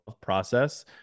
process